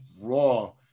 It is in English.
Raw